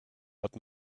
but